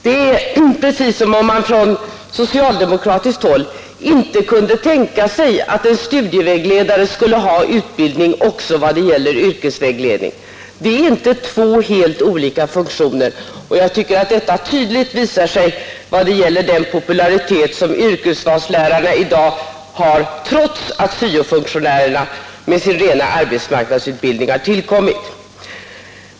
Det verkar som om man på socialdemokratiskt håll inte kunde tänka sig att en studievägledare skulle ha utbildning också vad gäller yrkesvägledning. Det är inte två helt olika funktioner, och det visar sig tydligt genom den popularitet yrkesvalslärarna har i dag, trots att syo-funktionärerna med sin rena arbetsmarknadsutbildning har tillkommit.